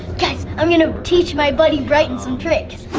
guys, i'm gonna teach my buddy, bryton, some tricks.